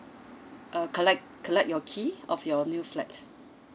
uh collect collect your key of your new flat